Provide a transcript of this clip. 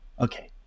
Okay